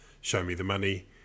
show-me-the-money